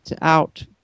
out